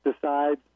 decides